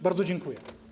Bardzo dziękuję.